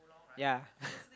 ya